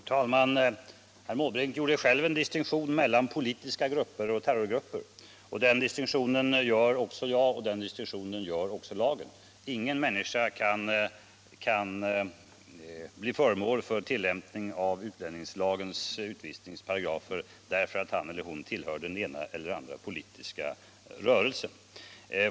Herr talman! Herr Måbrink gjorde själv en distinktion mellan politiska grupper och terrorgrupper, och den distinktionen gör också jag och lagen. Ingen människa kan behandlas enligt utlänningslagens utvisningsparagrafer, därför att han eller hon tillhör den ena eller den andra politiska rörelsen.